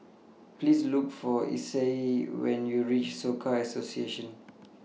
Please Look For Isai when YOU REACH Soka Association